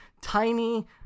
tiny